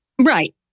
Right